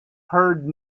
heard